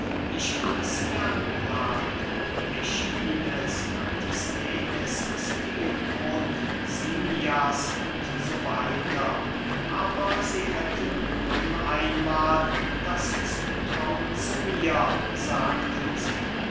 ich wies sie an plato äschines antisthenes stilpon simmias u s w aber sie hätten nun einmahl das zutrauen zu mir sagten sie